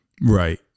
Right